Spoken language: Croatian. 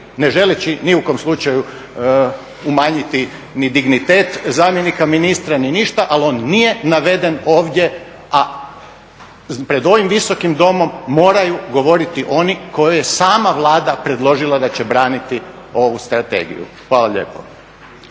ne želeći ni u kom slučaju umanjiti ni dignitet zamjenika ministra ni ništa, ali on nije naveden ovdje a pred ovim Visokim domom moraju govoriti oni koje je sama Vlada predložila da će braniti ovu strategiju. Hvala lijepo.